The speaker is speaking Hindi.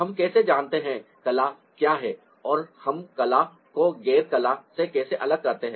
हम कैसे जानते हैं कला क्या है और हम कला को गैर कला से कैसे अलग करते हैं